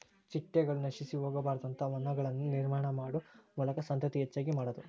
ಚಿಟ್ಟಗಳು ನಶಿಸಿ ಹೊಗಬಾರದಂತ ವನಗಳನ್ನ ನಿರ್ಮಾಣಾ ಮಾಡು ಮೂಲಕಾ ಸಂತತಿ ಹೆಚಗಿ ಮಾಡುದು